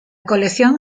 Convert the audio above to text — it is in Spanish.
colección